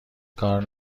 کار